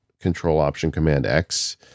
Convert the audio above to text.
Control-Option-Command-X